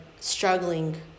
struggling